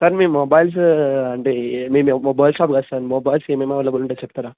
sir మీ mobiles అంటే మీ మొబైల్ షాప్ కదా సార్ మొబైల్స్ ఏమేమి అవైలబుల్ ఉంటాయో చెప్పరా